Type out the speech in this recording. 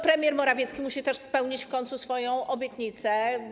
Premier Morawiecki musi też spełnić w końcu swoją obietnicę.